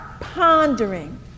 pondering